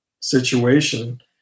situation